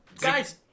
guys